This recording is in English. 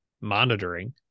monitoring